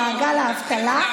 למעגל האבטלה,